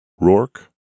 Rourke